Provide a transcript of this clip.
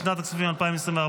לשנת הכספים 2024,